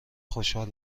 خوشحال